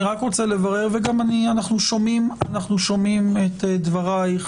אנחנו שומעים את דברייך